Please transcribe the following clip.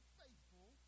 faithful